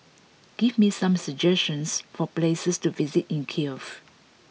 give me some suggestions for places to visit in Kiev